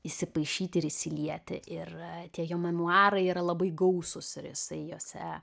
įsimaišyti ir įsilieti ir tie jo memuarai yra labai gausūs ir jisai jose